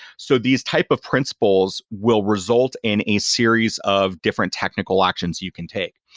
so these type of principles will result in a series of different technical actions you can take.